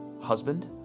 husband